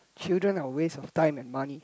children are waste of time and money